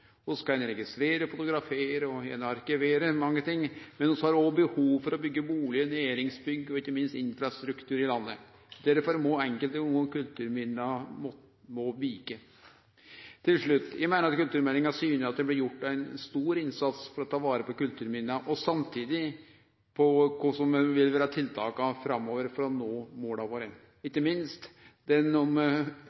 registrere, fotografere og arkivere mange ting, men vi har òg behov for å byggje bustader, næringsbygg og ikkje minst infrastruktur i landet. Derfor vil enkelte gonger nokre kulturminne måtte vike. Til slutt: Eg meiner at kulturmeldinga syner at det blir gjort ein stor innsats for å ta vare på kulturminna og samtidig på det som vil vere tiltak framover for å nå